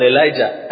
Elijah